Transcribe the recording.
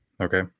okay